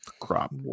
crop